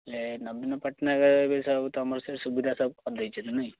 ଯେ ନବୀନ ପଟନାୟକ ଏବେ ସବୁ ତମର ସେ ସୁବିଧା ସବୁ କରିଦେଇଛନ୍ତି ନାଇଁ